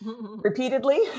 repeatedly